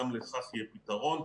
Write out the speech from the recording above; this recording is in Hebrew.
גם לכך יהיה פתרון.